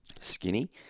skinny